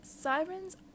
sirens